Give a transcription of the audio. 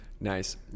nice